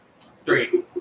three